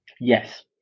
Yes